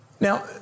Now